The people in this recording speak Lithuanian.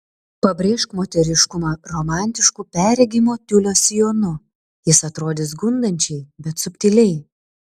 pabrėžk moteriškumą romantišku perregimo tiulio sijonu jis atrodys gundančiai bet subtiliai